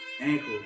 Ankle